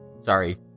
Sorry